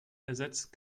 ersetzt